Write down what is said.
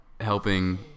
helping